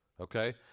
okay